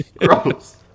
Gross